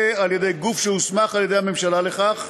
שנקבעו ככאלה על-ידי גוף שהוסמך על-ידי הממשלה לכך,